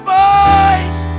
voice